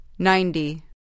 Ninety